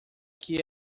que